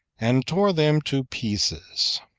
and tore them to pieces